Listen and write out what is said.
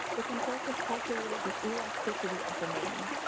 the consultant calculated the elasticity of demand.